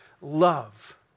love